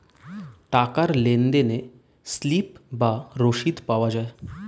টাকার লেনদেনে স্লিপ বা রসিদ পাওয়া যায়